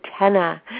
antenna